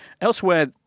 Elsewhere